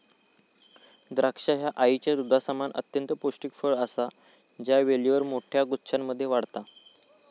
द्राक्षा ह्या आईच्या दुधासमान अत्यंत पौष्टिक फळ असा ह्या वेलीवर मोठ्या गुच्छांमध्ये वाढता